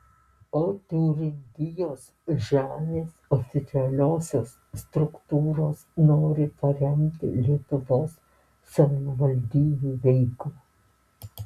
o tiūringijos žemės oficialiosios struktūros nori paremti lietuvos savivaldybių veiklą